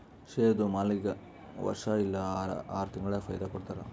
ಶೇರ್ದು ಮಾಲೀಕ್ಗಾ ವರ್ಷಾ ಇಲ್ಲಾ ಆರ ತಿಂಗುಳಿಗ ಫೈದಾ ಕೊಡ್ತಾರ್